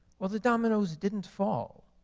well, the dominos didn't fall,